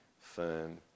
firm